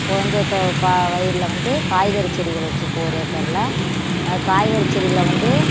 கொஞ்சம் த பா வயலில் வந்து காய்கறி செடிகள் வச்சுருக்கோம் ஒரு ஏக்கரில் காய்கறி செடியில வந்து